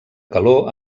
calor